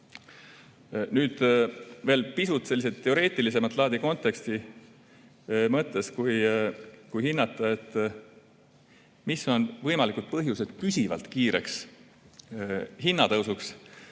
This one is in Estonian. Nüüd veel pisut sellist teoreetilisemat laadi juttu konteksti mõttes ja hindamaks, mis on võimalikud põhjused püsivalt kiireks hinnatõusuks.